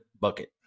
bucket